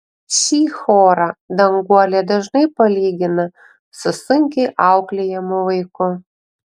šį chorą danguolė dažnai palygina su sunkiai auklėjamu vaiku